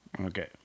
Okay